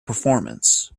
performance